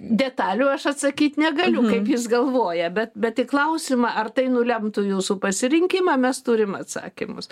detalių aš atsakyt negaliu kaip jis galvoja bet bet į klausimą ar tai nulemtų jūsų pasirinkimą mes turim atsakymus